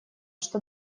что